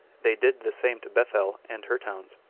they did the same to bethel and her towns,